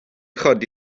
chodi